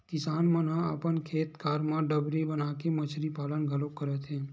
किसान मन ह अपन खेत खार म डबरी बनाके मछरी पालन घलोक करत हे